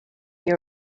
your